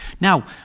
Now